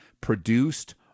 produced